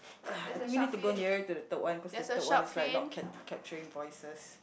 !ugh! I think we need to go nearer to the third one cause the third one is like not cap~ capturing voices